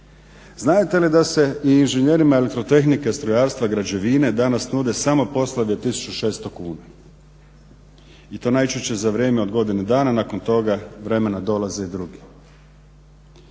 Znadete li da se i inženjerima elektrotehnike, strojarstva, građevine danas nude samo poslovi od 1600 kuna i to najčešće za vrijeme od godine dana, nakon tog vremena dolaze drugi.